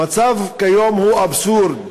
המצב כיום הוא אבסורד.